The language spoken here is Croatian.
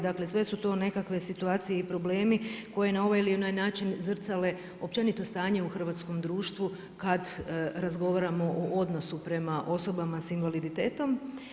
Dakle, sve su to nekakve situacije i problemi koje na ovaj ili na onaj način zrcalo je, općenito stanje u hrvatskom društvu kad razgovaramo o odnosu prema osobama s invaliditetom.